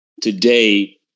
today